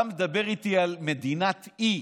אתה מדבר איתי על מדינת אי,